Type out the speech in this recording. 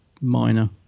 minor